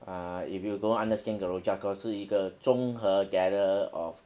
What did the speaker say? uh if you don't understand a rojak course 是一个综合 gather of